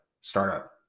startup